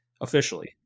officially